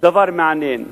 דבר מעניין.